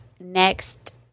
Next